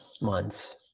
months